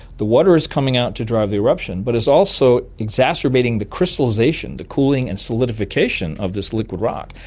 the water is coming out to drive the eruption, but it's also exacerbating the crystallisation, the cooling and solidification of this liquid rock.